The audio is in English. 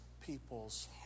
people's